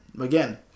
again